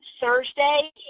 Thursday